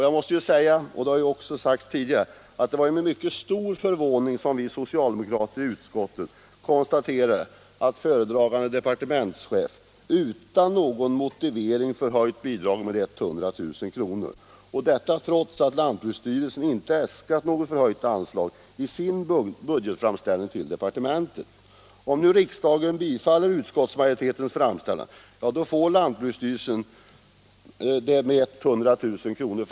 Jag måste säga — som jag också har gjort tidigare — att det var med mycket stor förvåning som vi socialdemokrater i utskottet konstaterade att föredragande departementschef utan någon motivering höjt bidraget med 100 000 kr., detta trots att lantbruksstyrelsen inte äskat något förhöjt anslag i sin budgetframställning till departementet. Om riksdagen bifaller utskottsmajoritetens framställning får lantbruksstyrelsen det med 100 000 kr.